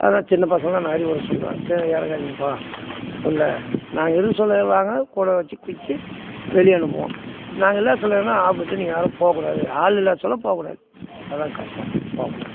அதான் சின்ன பசங்களுக்கெல்லாம் நான் அறிவுரை சொல்வேன் கீழே இறங்காதிங்கப்பா உள்ளே நாங்கள் இருக்க சொல்ல வாங்க கூடவே வச்சு குளித்து வெளியே அனுப்புவோம் நாங்கள் இல்லாசொல்லலாம் ஆபத்து நீங்கள் யாரும் போக்கூடாது ஆள் இல்லாத சொல்ல போகக்கூடாது அதான் கன்ஃபார்மா போகக்கூடாது